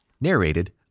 narrated